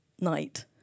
night